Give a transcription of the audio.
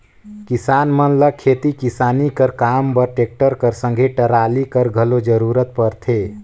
किसान मन ल खेती किसानी कर काम बर टेक्टर कर संघे टराली कर घलो जरूरत परथे